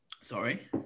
Sorry